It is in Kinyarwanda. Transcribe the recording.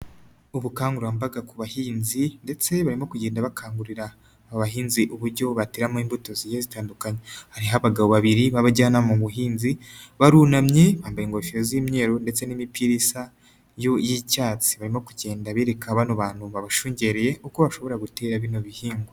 Ubukangurambaga ku bahinzi ndetse barimo kugenda bakangurira abahinzi uburyo bateramo imbuto zigiye zitandukanye, hariho abagabo babiri babajyanama mu buhinzi, barunamye, bambaye ingofero z'imyeru ndetse n'imipira isa y'icyatsi, baririmo kugenda bereka bano bantu babashungereye, uko bashobora gutera bino bihingwa.